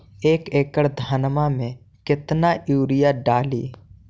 एक एकड़ धान मे कतना यूरिया डाली?